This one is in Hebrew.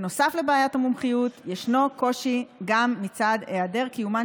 נוסף על בעיית המומחיות ישנו קושי גם מצד היעדר קיומן